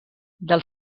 del